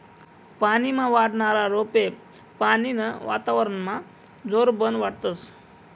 पानीमा वाढनारा रोपे पानीनं वातावरनमा जोरबन वाढतस